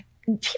People